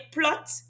plot